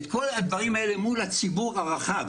ואת כל הדברים האלה מול הציבור הרחב.